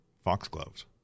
foxgloves